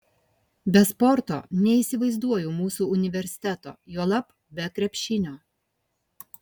be sporto neįsivaizduoju mūsų universiteto juolab be krepšinio